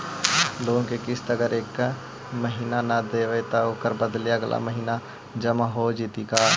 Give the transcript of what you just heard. Loan के किस्त अगर एका महिना न देबै त ओकर बदले अगला महिना जमा हो जितै का?